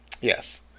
Yes